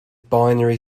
binary